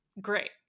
great